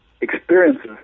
experiences